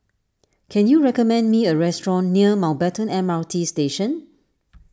can you recommend me a restaurant near Mountbatten M R T Station